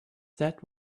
that